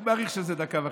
אני מעריך שזה דקה וחצי,